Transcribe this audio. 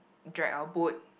drag our boat